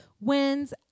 wins